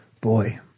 Boy